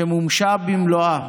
שמומשה במלואה.